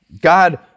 God